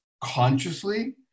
Consciously